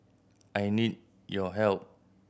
I need your help